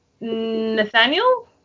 Nathaniel